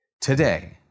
today